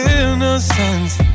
innocence